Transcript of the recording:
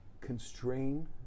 constrain